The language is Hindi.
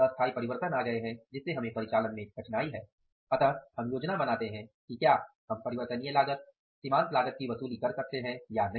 अतः हम योजना बनाते हैं कि क्या हम परिवर्तनीय लागत सीमांत लागत की वसूली कर सकते हैं या नहीं